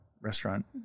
restaurant